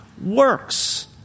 works